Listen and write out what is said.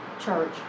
church